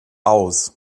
aus